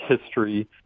history